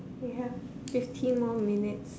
we have fifteen more minutes